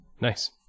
Nice